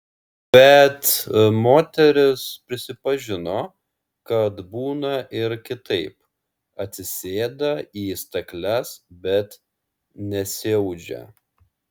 bet moteris prisipažino kad būna ir kitaip atsisėda į stakles bet nesiaudžia